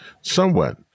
Somewhat